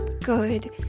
good